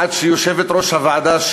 עד שיושבת-ראש הוועדה,